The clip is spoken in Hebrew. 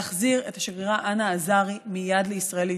להחזיר מייד את השגרירה אנה אזרי לישראל להתייעצויות.